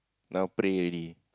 now pray already